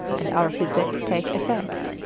and our physic take effect.